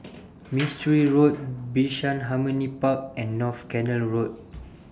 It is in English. Mistri Road Bishan Harmony Park and North Canal Road